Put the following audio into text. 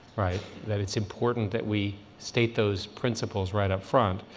right, that it's important that we state those principles right up-front,